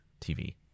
TV